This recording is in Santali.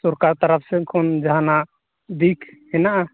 ᱥᱚᱨᱠᱟᱨ ᱛᱚᱨᱚᱯᱷ ᱥᱮᱱ ᱠᱷᱚᱱ ᱡᱟᱦᱟᱱᱟᱜ ᱫᱤᱠ ᱦᱮᱱᱟᱜᱼᱟ